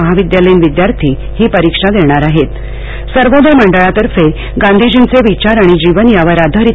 महाविद्यालयीन विद्यार्थी ही परीक्षा देणारआहेतसर्वोदय मंडळातर्फे गांधीजींचे विचार आणि जीवन यावर आधारित